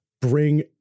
bring